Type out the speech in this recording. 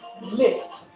lift